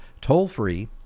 toll-free